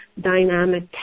dynamic